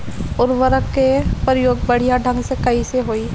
उर्वरक क प्रयोग बढ़िया ढंग से कईसे होई?